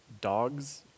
dogs